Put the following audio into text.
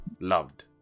loved